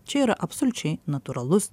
čia yra absoliučiai natūralus